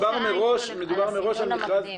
מדובר מראש על מכרז --- על הסינון המקדים.